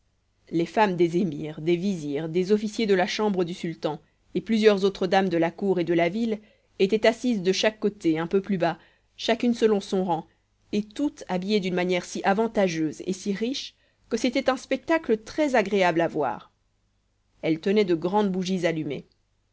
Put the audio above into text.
les femmes des émirs des vizirs des officiers de la chambre du sultan et plusieurs autres dames de la cour et de la ville étaient assises de chaque côté un peu plus bas chacune selon son rang et toutes habillées d'une manière si avantageuse et si riche que c'était un spectacle très-agréable à voir elles tenaient de grandes bougies allumées